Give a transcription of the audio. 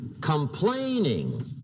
Complaining